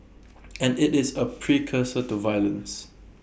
and IT is A precursor to violence